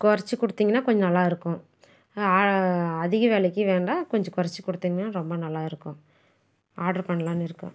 கொறைச்சு கொடுத்தீங்கன்னா கொஞ்சம் நல்லாயிருக்கும் அதிக விலைக்கி வேண்டாம் கொஞ்சம் கொறச்சு கொடுத்தீங்கன்னா ரொம்ப நல்லாயிருக்கும் ஆர்டர் பண்ணலான்னு இருக்கேன்